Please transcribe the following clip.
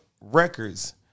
records